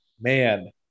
man